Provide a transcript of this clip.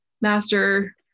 master